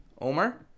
Omar